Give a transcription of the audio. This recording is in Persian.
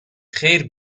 خیر